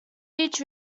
each